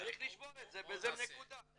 האמן לי, כבודו, זה עובר לאתיופים, לרוסים.